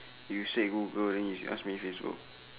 you say Google then you ask me Facebook